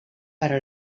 però